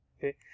Okay